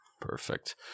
Perfect